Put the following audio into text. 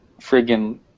friggin